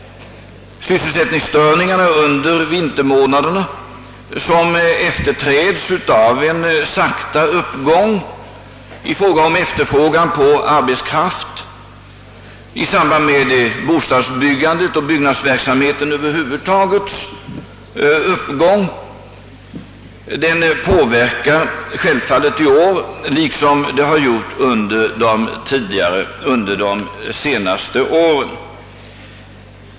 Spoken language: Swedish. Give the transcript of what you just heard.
Sysselsättningsstörningarna under vintermånaderna efterträds nu, på grund av uppgången i bostadsbyggandet och byggnadsverksamheten över huvud taget, av en sakta ökning av efterfrågan på arbetskraft, och detta påverkar självfallet arbetsmarknadsläget i år liksom under tidigare år.